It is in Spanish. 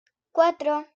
cuatro